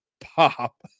pop